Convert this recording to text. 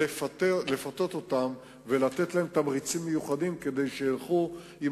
לפתות אותם ולתת להם תמריצים מיוחדים כדי שילכו לשם.